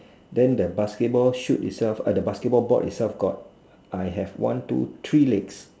then the basketball shot itself at the basket ball board itself got I have one two three legs